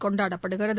கொண்டாடப்படுகிறது